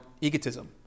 egotism